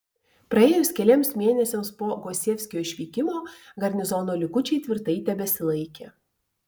praėjus keliems mėnesiams po gosievskio išvykimo garnizono likučiai tvirtai tebesilaikė